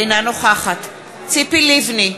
אינה נוכחת ציפי לבני,